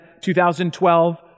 2012